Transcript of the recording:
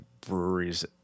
breweries